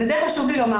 זה חשוב לי לומר.